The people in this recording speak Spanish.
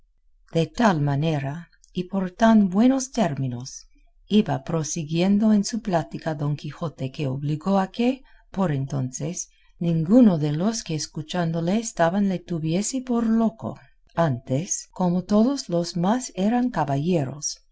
de tal manera y por tan buenos términos iba prosiguiendo en su plática don quijote que obligó a que por entonces ninguno de los que escuchándole estaban le tuviese por loco antes como todos los más eran caballeros